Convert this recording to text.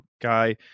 guy